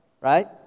right